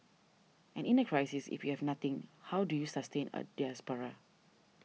and in a crisis if we have nothing how do you sustain a diaspora